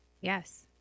Yes